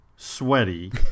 Sweaty